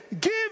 give